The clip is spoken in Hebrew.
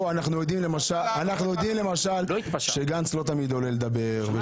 אנחנו יודעים למשל שגנץ לא תמיד עולה לדבר.